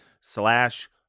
slash